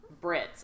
Brits